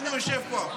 הינה, הינה הוא יושב פה.